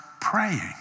praying